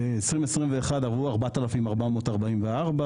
ב-2021 עבדו 4,444,